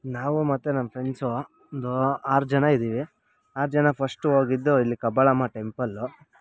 ನಾವು ಮತ್ತೆ ನನ್ನ ಫ್ರೆಂಡ್ಸು ಒಂದು ಆರು ಜನ ಇದ್ದೀವಿ ಆರು ಜನ ಫಸ್ಟು ಹೋಗಿದ್ದು ಇಲ್ಲಿ ಕಬ್ಬಾಳಮ್ಮ ಟೆಂಪಲ್ಲು